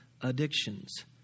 addictions